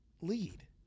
Lead